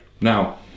Now